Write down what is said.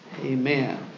Amen